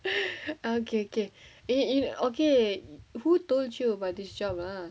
okay okay err who told you about this job ah